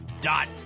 dot